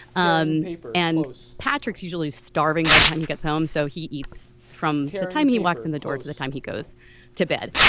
um and patrick's usually starving by the time he gets home so he eats from the time he walks in the door to the time he goes to bed.